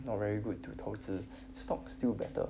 not very good to 投资 stock still better